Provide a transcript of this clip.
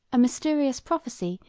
a mysterious prophecy,